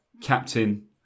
captain